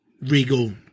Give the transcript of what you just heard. Regal